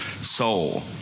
soul